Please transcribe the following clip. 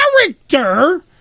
character